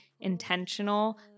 intentional